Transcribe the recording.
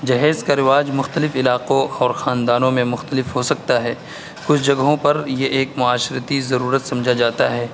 جہیز کا رواج مختلف علاقوں اور خاندانوں میں مختلف ہو سکتا ہے کچھ جگہوں پر یہ ایک معاشرتی ضرورت سمجھا جاتا ہے